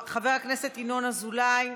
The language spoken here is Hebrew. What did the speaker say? חבר הכנסת ינון אזולאי,